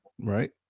Right